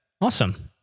awesome